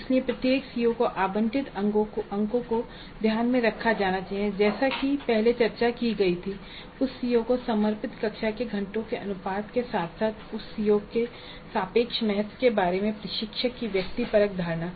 इसलिए प्रत्येक सीओ को आवंटित अंकों को ध्यान में रखा जाना चाहिए जैसा कि पहले चर्चा की गई थी उस सीओ को समर्पित कक्षा के घंटों के अनुपात के साथ साथ उस सीओ के सापेक्ष महत्व के बारे में प्रशिक्षक की व्यक्तिपरक धारणा